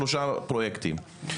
לשלושה פרויקטים.